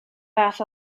fath